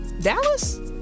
Dallas